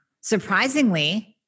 Surprisingly